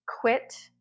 quit